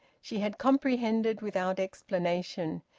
she had comprehended without explanation.